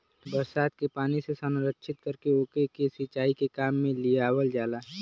बरसात के पानी से संरक्षित करके ओके के सिंचाई के काम में लियावल जाला